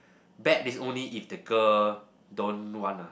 bad is only if the girl don't want ah